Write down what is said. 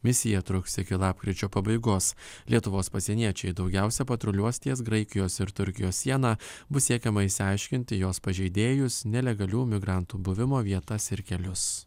misija truks iki lapkričio pabaigos lietuvos pasieniečiai daugiausia patruliuos ties graikijos ir turkijos siena bus siekiama išsiaiškinti jos pažeidėjus nelegalių migrantų buvimo vietas ir kelius